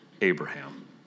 Abraham